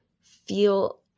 feel